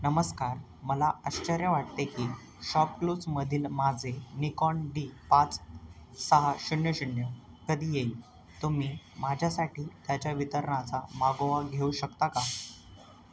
नमस्कार मला आश्चर्य वाटते की शॉपक्लूजमधील माझे निकॉन डी पाच सहा शून्य शून्य कधी येईल तुम्ही माझ्यासाठी त्याच्या वितरणाचा मागोवा घेऊ शकता का